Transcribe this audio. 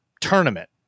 tournament